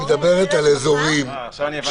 היא מדברת על אזורים -- עכשיו הבנתי.